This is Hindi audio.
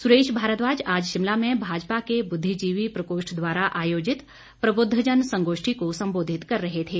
सुरेश भारद्वाज आज शिमला में भाजपा को बुद्धिजीवी प्रकोष्ठ द्वारा आयोजित प्रबुद्ध जन संगोष्ठी को संबोधित कर रहे थे